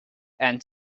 and